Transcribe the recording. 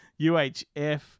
UHF